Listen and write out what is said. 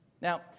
Now